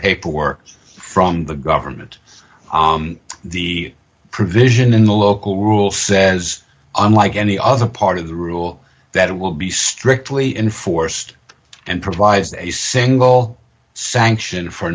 paperwork from the government the provision in the local rule says unlike any other part of the rule that it will be strictly enforced and provides a single sanction for